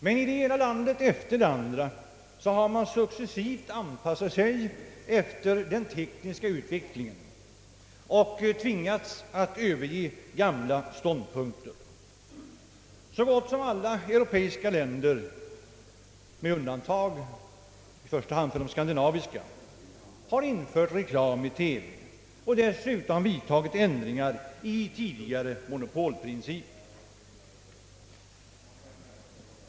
I det ena landet efter det andra har man dock successivt anpassat sig efter den tekniska utvecklingen och tvingats att överge gamla ståndpunkter. Så gott som alla europeiska länder, med undantag för i första hand de skandinaviska, har infört reklam i TV och dessutom vidtagit ändringar i tidigare monopolprinciper.